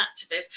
activists